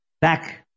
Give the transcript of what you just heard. back